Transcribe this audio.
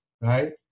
right